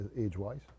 age-wise